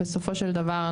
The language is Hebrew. בסופו של דבר,